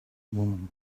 woman